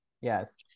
Yes